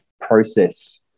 process